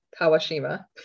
Kawashima